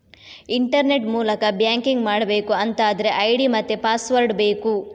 internet ಮೂಲಕ banking ಮಾಡ್ಬೇಕು ಅಂತಾದ್ರೆ ಐಡಿ ಮತ್ತೆ ಪಾಸ್ವರ್ಡ್ ಬೇಕು